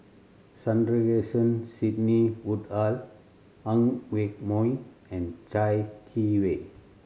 Sandrasegaran Sidney Woodhull Ang Yoke Mooi and Chai Yee Wei